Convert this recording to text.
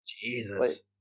Jesus